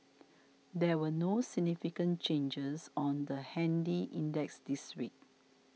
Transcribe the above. there were no significant changes on the handy index this week